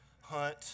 hunt